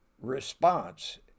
response